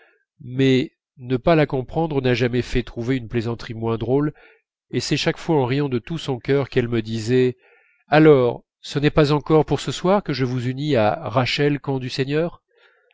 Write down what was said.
mais ne pas la comprendre n'a jamais fait trouver une plaisanterie moins drôle et c'est chaque fois en riant de tout son cœur qu'elle me disait alors ce n'est pas encore pour ce soir que je vous unis à rachel quand du seigneur